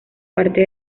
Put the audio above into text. parte